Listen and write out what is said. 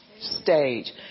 stage